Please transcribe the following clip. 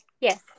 Yes